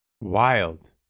Wild